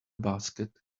basket